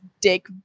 dick